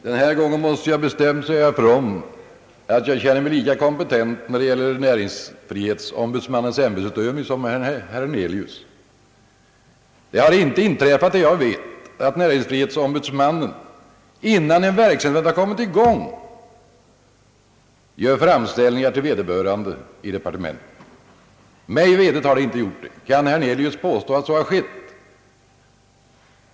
Herr talman! Den här gången måste jag bestämt säga ifrån att jag känner mig lika kompetent att bedöma näringsfrihetsombudsmannens ämbetsutövning som herr Hernelius. Det har inte enligt vad jag vet inträffat att näringsfrihetsombudsmannen — innan en verksamhet har kommit i gång — gjort framställningar till vederbörande handläggare i departementet. Mig veterligt har det inte förekommit. Kan herr Hernelius påstå att så har skett?